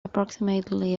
approximately